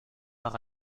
par